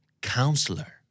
counselor